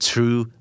True